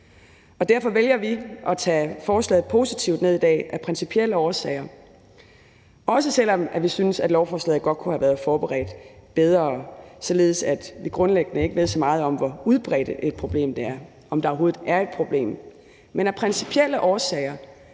Derfor vælger vi at tage forslaget positivt ned i dag, altså af principielle årsager, også selv om vi synes, at lovforslaget godt kunne have været forberedt bedre, da vi grundlæggende ikke ved så meget om, hvor udbredt et problem det er, altså om der overhovedet er et problem. Men af principielle årsager,